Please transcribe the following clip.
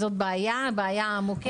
זו בעיה מוכרת.